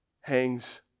hangs